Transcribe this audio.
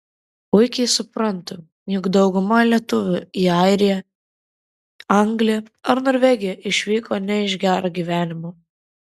puikiai suprantu jog dauguma lietuvių į airiją angliją ar norvegiją išvyko ne iš gero gyvenimo